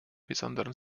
besonderen